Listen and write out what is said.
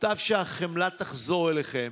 מוטב שהחמלה תחזור אליכם